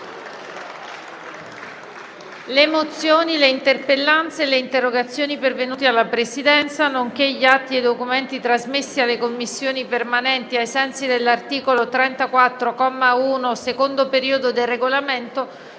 Le mozioni, le interpellanze e le interrogazioni pervenute alla Presidenza, nonché gli atti e i documenti trasmessi alle Commissioni permanenti ai sensi dell'articolo 34, comma 1, secondo periodo, del Regolamento